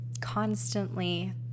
constantly